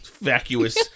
Vacuous